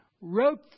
wrote